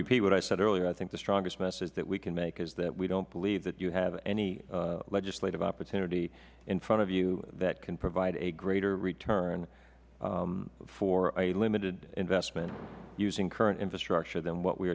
repeat what i said earlier i think the strongest message that we can make is that we do not believe that you have any legislative opportunity in front of you that can provide a greater return for a limited investment using current infrastructure than what we